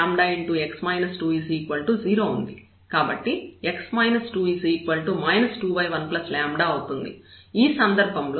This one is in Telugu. ఈ సందర్భంలో x 26 అవుతుంది